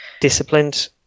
disciplined